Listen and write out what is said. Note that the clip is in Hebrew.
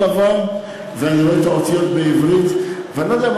כחול-לבן ואני רואה את האותיות בעברית.